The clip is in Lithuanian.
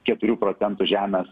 keturių procentų žemės